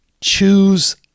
choose